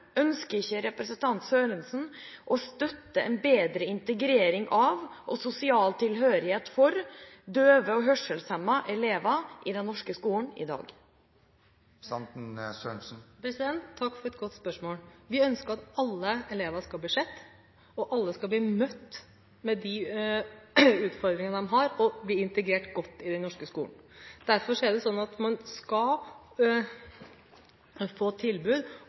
ønsker ikke representanten Sørensen å støtte en bedre integrering av og sosial tilhørighet for døve og hørselshemmede elever i den norske skolen i dag? Takk for et godt spørsmål. Vi ønsker at alle elever skal bli sett. Alle skal bli møtt med de utfordringene de har, og bli godt integrert i norsk skole. Derfor skal man selvsagt få tilbud om opplæring i døvespråk når man